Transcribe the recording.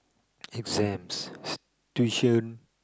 exams tuition